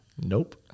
nope